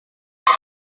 iki